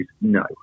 no